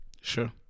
Sure